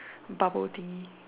bubble thingy